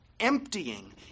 emptying